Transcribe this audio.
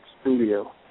studio